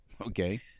Okay